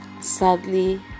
sadly